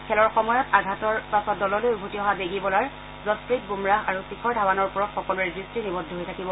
খেলৰ সময়ত আঘাতৰ পাছত দললৈ উভতি অহা বেগী বলাৰ জছপ্ৰীত বুমৰাহ আৰু শিখৰ ধাবনৰ ওপৰত সকলোৰে দৃষ্টি নিবদ্ধ হৈ থাকিব